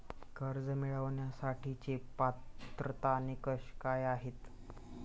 कर्ज मिळवण्यासाठीचे पात्रता निकष काय आहेत?